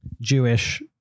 Jewish